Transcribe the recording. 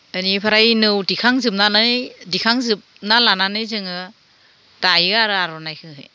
इनिफ्राय नौ दिखांजोबनानै दिखांजोबना लानानै जोङो दायो आरो आर'नायखोहै